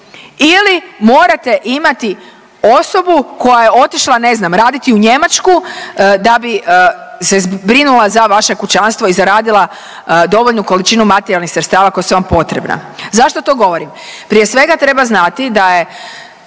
ili morate imati osobu koja je otišla ne znam raditi u Njemačku da bi se brinula za vaše kućanstvo i zaradila dovoljnu količinu materijalnih sredstava koja su vam potrebna. Zašto vam to govorim? Prije svega treba znati da je